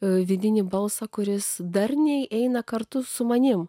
vidinį balsą kuris darniai eina kartu su manimi